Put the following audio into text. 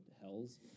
hells